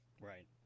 Right